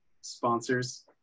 sponsors